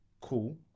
Cool